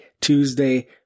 Tuesday